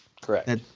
correct